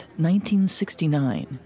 1969